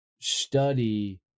study